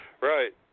Right